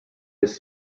his